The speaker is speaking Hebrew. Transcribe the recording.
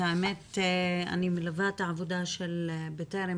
האמת היא שאני מלווה את העבודה של בטרם